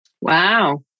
wow